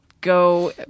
go